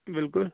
بلکُل